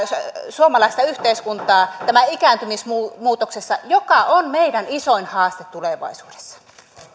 suomalaista yhteiskuntaa ikääntymismuutoksessa joka on meidän isoin haasteemme tulevaisuudessa